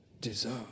deserve